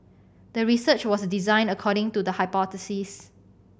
the research was designed according to the hypothesis